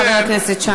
בבקשה, חבר הכנסת שי.